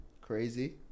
crazy